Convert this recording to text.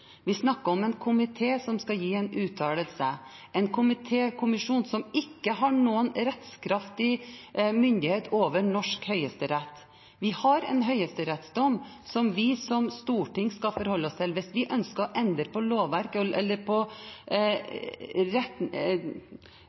Vi snakker om en komité som skal gi en uttalelse, en komité – en kommisjon – som ikke har noen rettskraftig myndighet over norsk høyesterett. Vi har en høyesterettsdom som vi som storting skal forholde oss til. Hvis man ønsker å endre på lovverket eller på